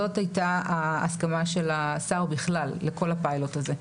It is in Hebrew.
זאת הייתה ההסכמה של השר בכלל לכל הפיילוט הזה.